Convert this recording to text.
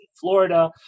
Florida